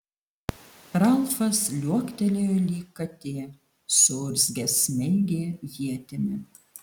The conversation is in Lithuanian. ralfas liuoktelėjo lyg katė suurzgęs smeigė ietimi